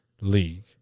League